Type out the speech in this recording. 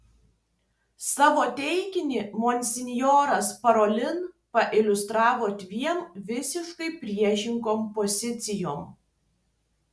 savo teiginį monsinjoras parolin pailiustravo dviem visiškai priešingom pozicijom